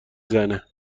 زنه